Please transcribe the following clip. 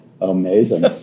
Amazing